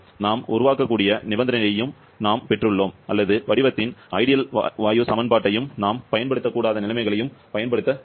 நாம் உருவாக்கக்கூடிய நிபந்தனையையும் நாம் பெற்றுள்ளோம் அல்லது வடிவத்தின் சிறந்த வாயு சமன்பாட்டையும் நாம் பயன்படுத்தக் கூடாத நிலைமைகளையும் பயன்படுத்த வேண்டும்